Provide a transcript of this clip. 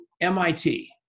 MIT